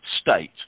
state